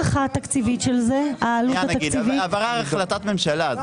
עבר החלטת ממשלה.